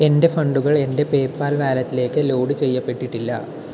എൻ്റെ ഫണ്ടുകൾ എൻ്റെ പേയ്പാൽ വാലെറ്റിലേക്ക് ലോഡ് ചെയ്യപ്പെട്ടിട്ടില്ല